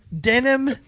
Denim